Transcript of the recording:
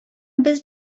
без